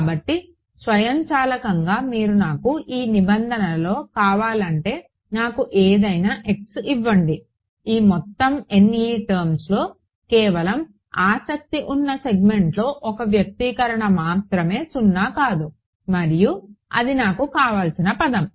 కాబట్టి స్వయంచాలకంగా మీరు నాకు ఈ నిబంధనలలో కావాలంటే నాకు ఏదైనా x ఇవ్వండి ఈ మొత్తం టర్మ్స్లో కేవలం ఆసక్తి ఉన్న సెగ్మెంట్లో ఒక వ్యక్తీకరణ మాత్రమే సున్నా కాదు మరియు అది నాకు కావలసిన పదం